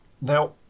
Now